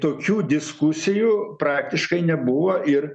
tokių diskusijų praktiškai nebuvo ir